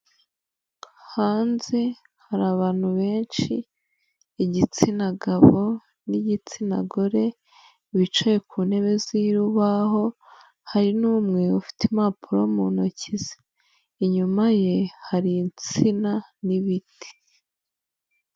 Hanze hari abantu benshi igitsina gabo n'igitsina gore bicaye ku ntebe z'urubaho, hari n'umwe ufite impapuro mu ntoki ze, inyuma ye hari insina n'ibiti.